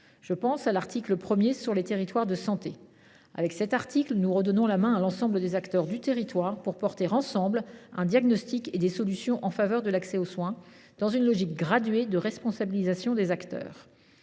Je pense à l’article 1 sur les territoires de santé. Avec cet article, nous redonnons la main à l’ensemble des acteurs du territoire, pour poser ensemble un diagnostic et porter des solutions en faveur de l’accès aux soins, dans une logique graduée de responsabilisation des acteurs.